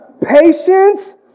patience